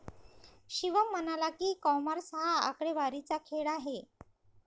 शिवम म्हणाला की, कॉमर्स हा आकडेवारीचा खेळ आहे